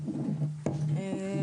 בבקשה.